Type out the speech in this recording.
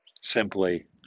simply